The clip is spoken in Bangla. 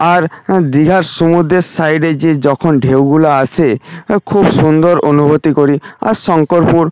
আর দীঘার সুমুদ্রের সাইডে যে যখন ঢেউগুলো আসে খুব সুন্দর অনুভূতি করি আর শঙ্করপুর